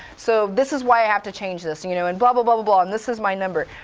so this is why i have to change this. you know and blah, blah, but blah, and this is my number.